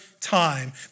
time